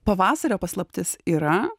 pavasario paslaptis yra